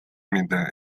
mida